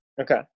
Okay